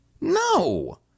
No